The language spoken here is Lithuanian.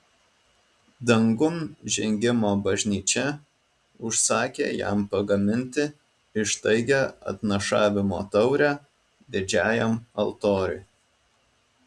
dangun žengimo bažnyčia užsakė jam pagaminti ištaigią atnašavimo taurę didžiajam altoriui